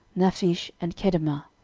naphish, and kedemah.